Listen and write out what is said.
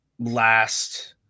last